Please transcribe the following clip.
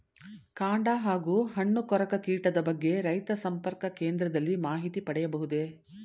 ಕಾಂಡ ಹಾಗೂ ಹಣ್ಣು ಕೊರಕ ಕೀಟದ ಬಗ್ಗೆ ರೈತ ಸಂಪರ್ಕ ಕೇಂದ್ರದಲ್ಲಿ ಮಾಹಿತಿ ಪಡೆಯಬಹುದೇ?